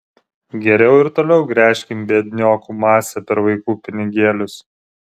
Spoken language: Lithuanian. geriau ir toliau gręžkim biedniokų masę per vaikų pinigėlius